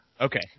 Okay